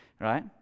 right